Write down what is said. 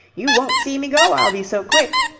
you won't see me go, i'll be so quick.